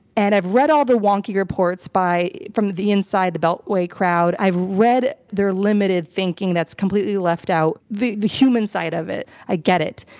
and i've read all the wonky reports by, from the inside the beltway crowd. i've read their limited thinking that's completely left out the the human side of it. i get it.